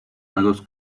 magos